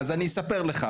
אז אני אספר לך.